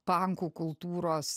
pankų kultūros